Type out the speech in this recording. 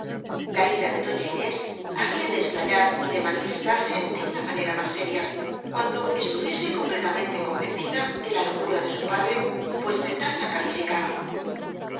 la ira de doña inés había de estallar y de manifestarse de una manera más seria cuando estuviese completamente convencida de la locura de su padre pues de tal la calificaba